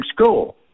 school